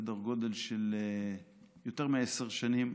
סדר גודל של יותר מעשר שנים,